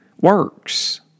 works